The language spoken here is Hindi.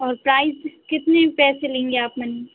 और प्राइस कितने पैसे लेंगे आप माने